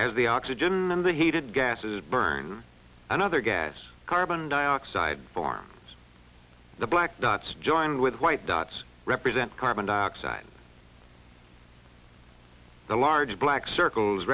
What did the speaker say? as the oxygen and the heated gases burn another gas carbon dioxide forms the black dots joined with white dots represent carbon dioxide the large black circles